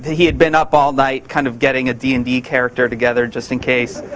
he had been up all night kind of getting a d and d character together just in case.